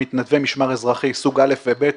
הם מתנדבי משמר אזרחי סוג אל"ף ובי"ת,